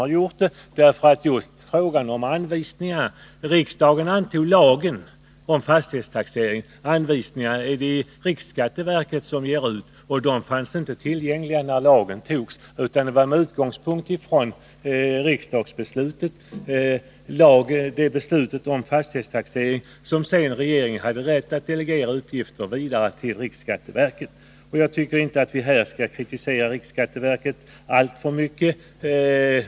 Jag förstår emellertid att Göthe Knutson inte har gjort det. Riksdagen antog lagen om fastighetstaxering — anvisningarna är det riksskatteverket som ger ut, och de fanns inte tillgängliga när lagen antogs. Det var med utgångspunkt i beslutet om fastighetstaxeringen som regeringen hade rätt att delegera uppgifter till riksskatteverket, och jag anser inte att vi här skall kritisera riksskatteverket alltför hårt.